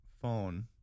phone